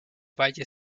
valle